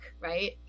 right